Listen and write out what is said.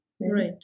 Right